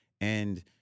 And-